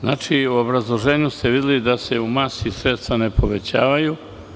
Znači, u obrazloženju ste videli da se u masi sredstva ne povećavaju.